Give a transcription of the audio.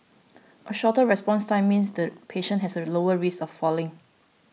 a shorter response time means the patient has a lower risk of falling